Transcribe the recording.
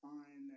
on